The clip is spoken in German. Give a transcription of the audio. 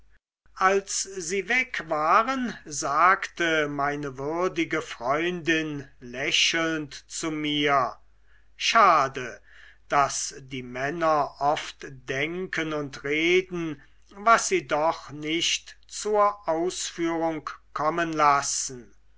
als sie weg waren sagte meine würdige freundin lächelnd zu mir schade daß die männer oft denken und reden was sie doch nicht zur ausführung kommen lassen